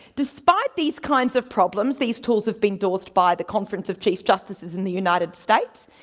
despite these kinds of problems these tools have been endorsed by the conference of chief justices in the united states,